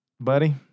Buddy